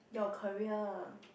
your career